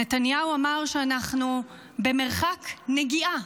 נתניהו אמר שאנחנו במרחק נגיעה